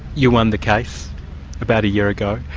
you won the case about a year ago.